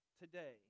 today